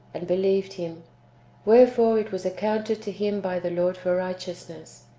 and believed him wherefore it was accounted to him by the lord for righteousness.